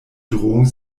drohung